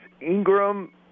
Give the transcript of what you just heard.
Ingram